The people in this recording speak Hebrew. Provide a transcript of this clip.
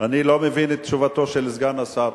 אני לא מבין את תשובתו של סגן השר.